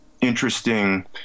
Interesting